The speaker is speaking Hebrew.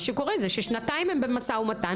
מה שקורה זה ששנתיים הם במשא-ומתן,